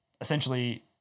essentially –